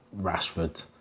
Rashford